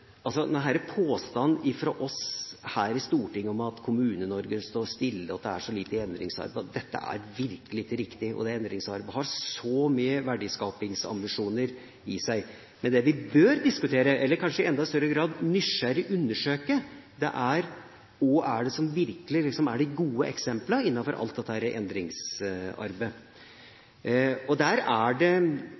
Påstanden fra oss her i Stortinget om at Kommune-Norge står stille, og at det er så lite endringsarbeid, er ikke riktig. Dette endringsarbeidet har så mye verdiskapingsambisjoner i seg. Men det vi bør diskutere, eller kanskje i enda større grad nysgjerrig undersøke, er hva som er de gode eksemplene innenfor alt endringsarbeidet. Der er det ulik praksis. Jeg sjøl tilhører dem som har stor sans for alt det